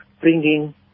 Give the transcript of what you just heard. bringing